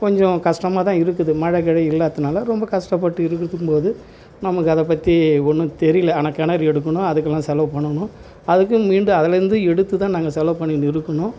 கொஞ்சம் கஷ்டமா தான் இருக்குது மழை கிழை இல்லாத்துனால் ரொம்ப கஷ்டப்பட்டு இருக்குதும்போது நமக்கு அதை பற்றி ஒன்றும் தெரியல ஆனால் கிணறு எடுக்கணும் அதுக்கெல்லாம் செலவு பண்ணணும் அதுக்குன்னு மீண்டு அதுலேருந்து எடுத்து தான் நாங்கள் செலவு பண்ணிகின்னு இருக்கணும்